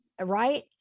Right